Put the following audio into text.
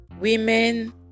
Women